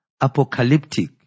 apocalyptic